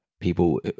people